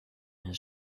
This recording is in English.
his